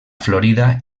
florida